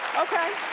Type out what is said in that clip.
okay.